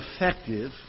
effective